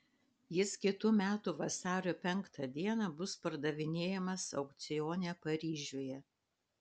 jis kitų metų vasario penktą dieną bus pardavinėjamas aukcione paryžiuje